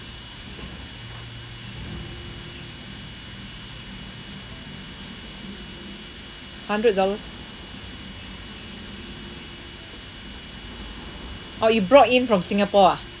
hundred dollars orh you brought in from singapore ah